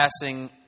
passing